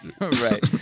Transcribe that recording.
Right